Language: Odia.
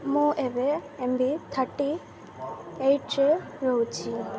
ମୁଁ ଏବେ ଏମ୍ ଭି ଥାର୍ଟି ଏଇଟ୍ରେ ରହୁଛିି